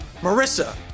Marissa